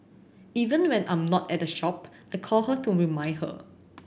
even when I'm not at the shop I call her to remind her